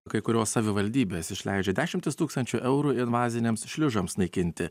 kai kurios savivaldybės išleidžia dešimtis tūkstančių eurų invaziniams šliužams naikinti